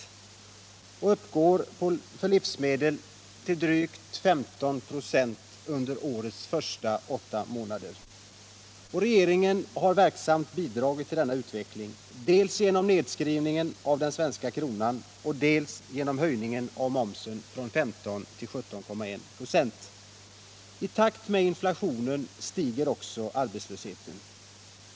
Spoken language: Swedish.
Höjningarna när det gäller livsmedel uppgår till drygt 15 26 under årets åtta första månader. Regeringen har verksamt bidragit till denna utveckling dels genom nedskrivning av den svenska kronan, dels genom höjningen av momsen från 15 till 17,1 96. I takt med inflationen ökar också arbetslösheten.